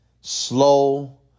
slow